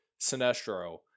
Sinestro